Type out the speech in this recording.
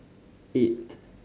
eight